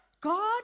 God